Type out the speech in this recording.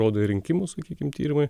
rodo ir rinkimų sakykim tyrimai